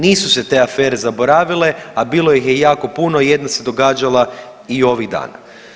Nisu se te afere zaboravile, a bilo ih je jako puno i jedna se događala i ovih dana.